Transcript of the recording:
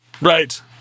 right